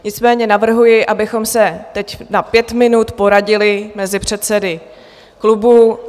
Nicméně navrhuji, abychom se teď na pět minut poradili mezi předsedy klubů.